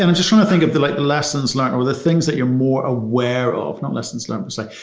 and just trying to think of the like the lessons learned of of the things that you're more aware of. not lessons learnt per se.